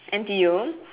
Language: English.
N_T_U